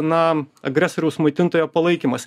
na agresoriaus maitintojo palaikymas